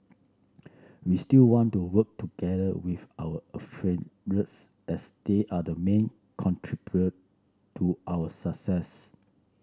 we still want to work together with our as they are the main contribute to our success